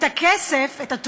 את הכסף, את התמורה,